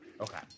Okay